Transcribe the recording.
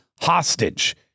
hostage